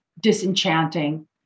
disenchanting